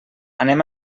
anem